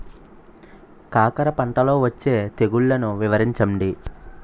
కాకర పంటలో వచ్చే తెగుళ్లను వివరించండి?